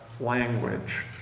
Language